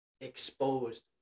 exposed